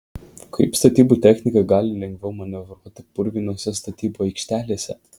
kaip statybų technika gali lengviau manevruoti purvinose statybų aikštelėse